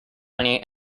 many